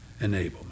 enablement